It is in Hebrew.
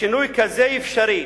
ששינוי כזה אפשרי,